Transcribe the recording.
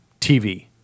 TV